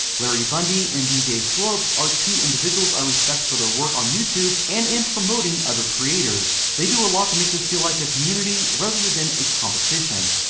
larry bundy and d j. slope are two other individuals i respect for their work on youtube and in promoting other creators. the do a lot to make this feel like a community rather than a compitition.